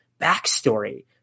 backstory